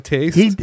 Taste